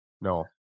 No